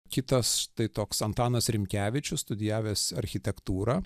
kitas štai toks antanas rimkevičius studijavęs architektūrą